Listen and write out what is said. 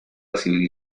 civil